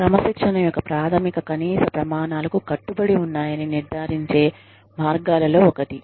క్రమశిక్షణ యొక్క ప్రాథమిక కనీస ప్రమాణాలు కు కట్టుబడి ఉన్నాయని నిర్ధారించే మార్గాలలో ఒకటి